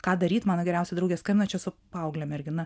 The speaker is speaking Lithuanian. ką daryt mano geriausia draugė skambina čia su paaugle mergina